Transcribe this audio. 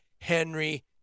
Henry